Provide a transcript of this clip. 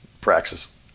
praxis